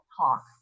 talk